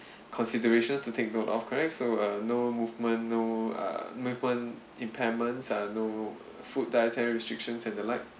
considerations to take note of correct so uh no movement no err movement impairments ah no rule food dietary restrictions and the like